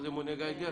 גייגר